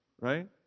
right